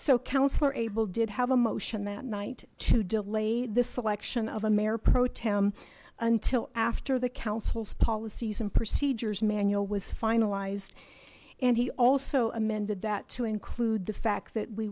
so councillor abel did have a motion that night to delay the selection of a mayor pro tem until after the council's policies and procedures manual was finalized and he also amended that to include the fact that we